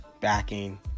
backing